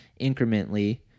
incrementally